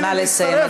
נא לסיים,